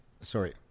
sorry